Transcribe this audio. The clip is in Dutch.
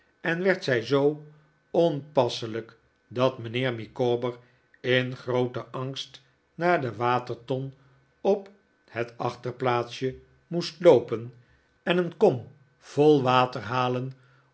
en werd zij zoo onpasselijk dat mijnheer micawber in grooten angst naar de waterton op het achterplaatsje moest loopen en een kom vol water halen